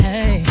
Hey